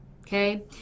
Okay